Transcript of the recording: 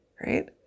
Right